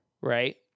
right